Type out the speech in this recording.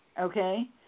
Okay